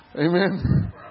Amen